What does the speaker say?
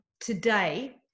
today